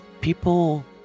people